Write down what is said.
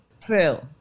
true